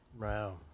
Wow